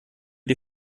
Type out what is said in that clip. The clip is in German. die